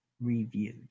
reviewed